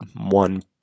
one